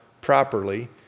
properly